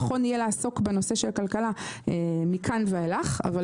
נכון יהיה לעסוק בנושא של הכלכלה מכאן ואילך אבל